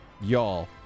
y'all